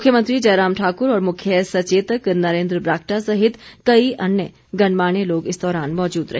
मुख्यमंत्री जयराम ठाक्र और मुख्य सचेतक नरेन्द्र बरागटा सहित कई अन्य गणमान्य लोग इस दौरान मौजूद रहे